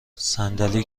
صندلی